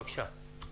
בוקר טוב